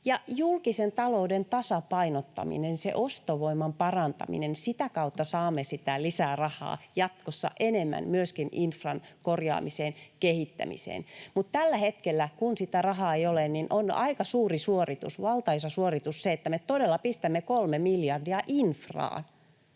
Julkisen talouden tasapainottamisen ja ostovoiman parantamisen kautta saamme lisärahaa jatkossa enemmän myöskin infran korjaamiseen ja kehittämiseen, mutta tällä hetkellä, kun rahaa ei ole, on aika suuri suoritus — valtaisa suoritus — että me todella pistämme kolme miljardia infraan.